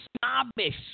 snobbish